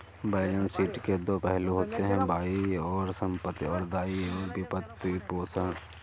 balance sheet के दो पहलू होते हैं, बाईं ओर संपत्ति, और दाईं ओर वित्तपोषण